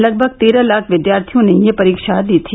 लगभग तेरह लाख विद्याथियों ने यह परीक्षा दी थी